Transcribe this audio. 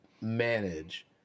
manage